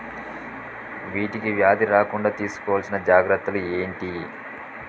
వీటికి వ్యాధి రాకుండా తీసుకోవాల్సిన జాగ్రత్తలు ఏంటియి?